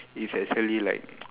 is actually like